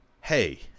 hey